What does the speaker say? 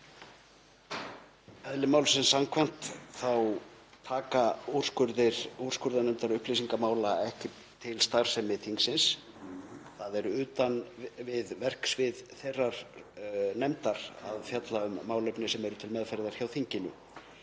Eðli málsins samkvæmt taka úrskurðir úrskurðarnefndar upplýsingamála ekki til starfsemi þingsins. Það er utan við verksvið þeirrar nefndar að fjalla um málefni sem eru til meðferðar hjá þinginu.